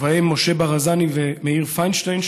ובהם משה ברזני ומאיר פיינשטיין,